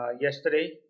yesterday